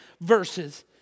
verses